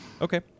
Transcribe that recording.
okay